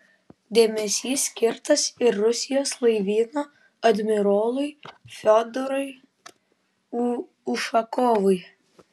dėmesys skirtas ir rusijos laivyno admirolui fiodorui ušakovui